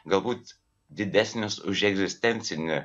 galbūt didesnis už egzistencinį